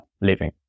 living